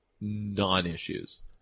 non-issues